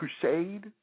crusade